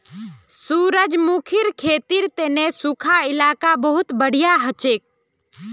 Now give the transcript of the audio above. सूरजमुखीर खेतीर तने सुखा इलाका बहुत बढ़िया हछेक